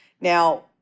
Now